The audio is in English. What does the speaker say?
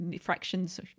fractions